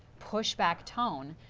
pushback tone,